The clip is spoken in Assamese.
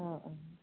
অঁ অঁ